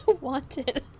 Wanted